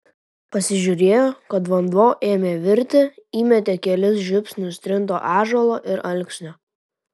pasižiūrėjo kad vanduo ėmė virti įmetė kelis žiupsnius trinto ąžuolo ir alksnio